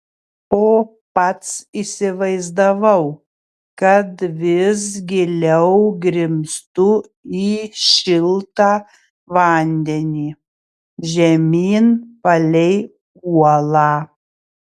o pats įsivaizdavau kad vis giliau grimztu į šiltą vandenį žemyn palei uolą